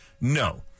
No